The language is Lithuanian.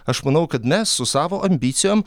aš manau kad mes su savo ambicijom